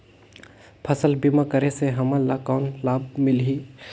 फसल बीमा करे से हमन ला कौन लाभ मिलही?